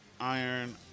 iron